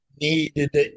needed